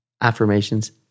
affirmations